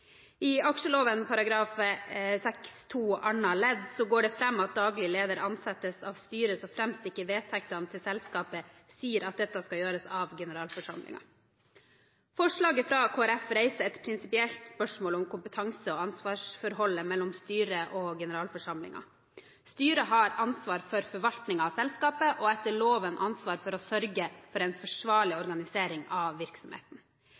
I aksjeloven § 6-2 annet ledd går det fram at daglig leder ansettes av styret, så fremt ikke vedtektene til selskapet sier at dette skal gjøres av generalforsamlingen. Forslaget fra Kristelig Folkeparti reiser et prinsipielt spørsmål om kompetanse- og ansvarsforholdet mellom styret og generalforsamlingen. Styret har ansvar for forvaltningen av selskapet og etter loven ansvar for å sørge for en forsvarlig organisering av virksomheten.